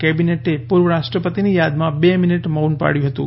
કેબિનેટે પૂર્વ રાષ્ટ્રપતિની યાદમાં બે મિનિટ મૌન પણ પાળ્યું હતું